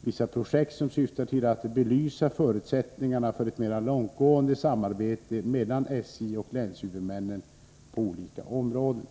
vissa projekt som syftar till att belysa förutsättningarna för ett mera långtgående samarbete mellan SJ och länshuvudmännen på olika områden.